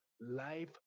life